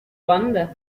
banda